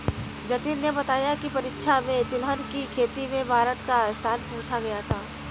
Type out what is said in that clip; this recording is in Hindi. जतिन ने बताया की परीक्षा में तिलहन की खेती में भारत का स्थान पूछा गया था